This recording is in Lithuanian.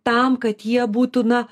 tam kad jie būtų na